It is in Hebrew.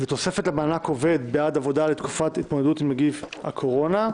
(תוספת למענק עובד בעד עבודה בתקופת התמודדות עם נגיף הקורונה).